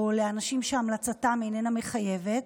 או לאנשים שהמלצתם איננה מחייבת,